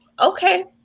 Okay